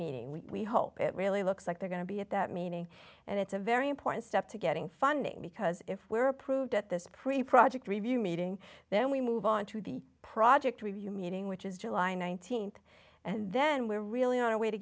meeting we hope it really looks like they're going to be at that meeting and it's a very important step to getting funding because if we're approved at this pre processed review meeting then we move on to the project review meeting which is july nineteenth and then we're really on our way to